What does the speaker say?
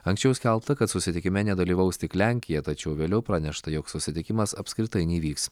anksčiau skelbta kad susitikime nedalyvaus tik lenkija tačiau vėliau pranešta jog susitikimas apskritai neįvyks